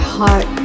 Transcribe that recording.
heart